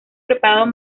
preparados